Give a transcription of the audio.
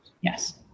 Yes